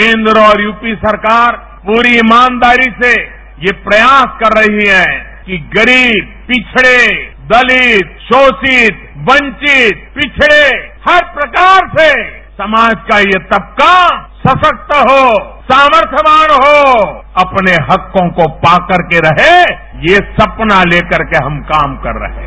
केन्द्र और यूपी सरकार पूरी ईमानदारी से यह प्रयास कर रही है कि गरीब पिछड़े दलित शोसित वॉवित पिछड़े हर प्रकार से समाज का यह तबका सशक्त हो सामर्थवान हो अपने हकों का पाकर करके रहे यह सपना लेकरके हम काम कर रहे हैं